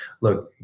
look